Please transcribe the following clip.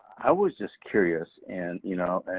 i was just curious, and you know,